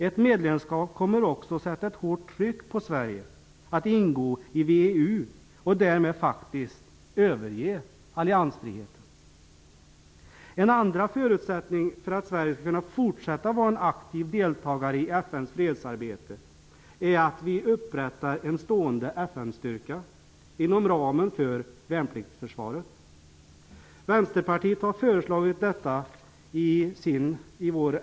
Ett medlemskap kommer också att sätta ett hårt tryck på Sverige att ingå i VEU och därmed faktiskt att överge alliansfriheten. En andra förutsättning för att Sverige skall kunna fortsätta att vara en aktiv deltagare i FN:s fredsarbete är att vi upprättar en stående FN-styrka inom ramen för värnpliktsförsvaret. Vi i Vänsterpartiet har föreslagit detta i vår FN-motion.